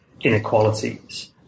inequalities